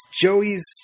Joey's